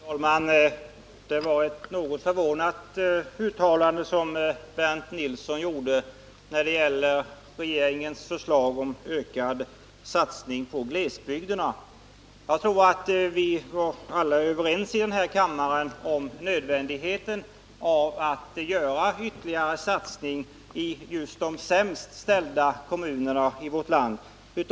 Fru talman! Det var ett något förvånande uttalande Bernt Nilsson gjorde när det gällde regeringens förslag om ökad satsning på glesbygderna. Jag trodde vi var överens i kammaren om nödvändigheten av ytterligare satsning i just de sämst ställda kommunerna i vårt land.